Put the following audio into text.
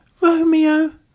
Romeo